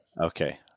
Okay